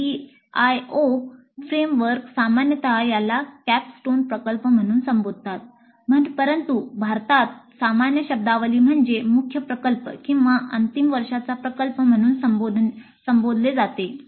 CDIO framework सामान्यतः याला capstone प्रकल्प म्हणून संबोधतात परंतु भारतात सामान्य शब्दावली म्हणजे मुख्य प्रकल्प किंवा अंतिम वर्षाचा प्रकल्प म्हणून संबोधले जाते